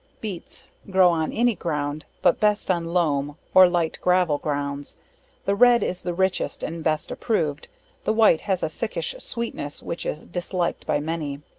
beets, grow on any ground, but best on loom, or light gravel grounds the red is the richest and best approved the white has a sickish sweetness, which is disliked by many.